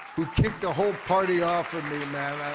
who kicked the whole party off for me, man.